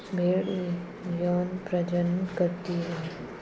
भेड़ यौन प्रजनन करती है